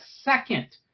second